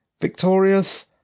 Victorious